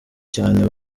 cyane